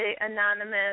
Anonymous